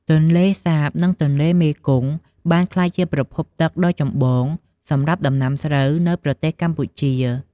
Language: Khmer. ទន្លេសាប និងទន្លេមេគង្គបានក្លាយជាប្រភពទឹកដ៏ចម្បងសម្រាប់ដំណាំស្រូវនៅប្រទេសកម្ពុជា។